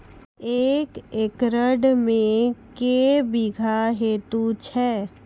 एक एकरऽ मे के बीघा हेतु छै?